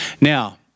Now